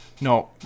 No